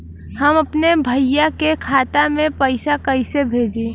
हम अपने भईया के खाता में पैसा कईसे भेजी?